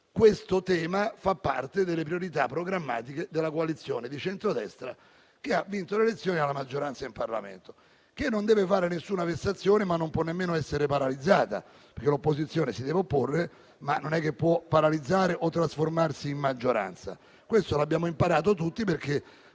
questo tema fa parte delle priorità programmatiche della coalizione di centrodestra, che ha vinto le elezioni e ha la maggioranza in Parlamento, quindi non deve fare alcuna vessazione, ma non può nemmeno essere paralizzata. L'opposizione infatti si deve opporre, ma non paralizzare i lavori o trasformarsi in maggioranza. Lo abbiamo imparato tutti, perché